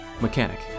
mechanic